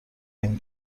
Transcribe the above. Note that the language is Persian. این